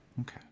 Okay